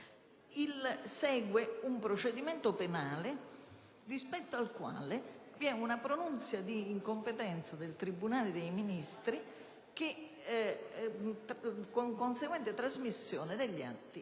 Segue un procedimento penale, rispetto al quale vi è una pronunzia di incompetenza del tribunale dei ministri con conseguente trasmissione degli atti